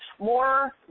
more